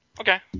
Okay